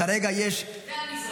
כרגע יש --- והמזרח.